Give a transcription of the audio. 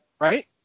Right